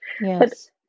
Yes